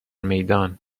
میدان